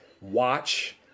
watch